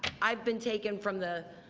i've been taken from the